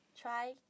Try